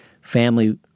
family